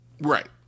Right